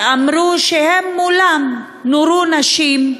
שאמרו שמולם נורו נשים,